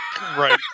Right